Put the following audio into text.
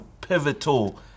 pivotal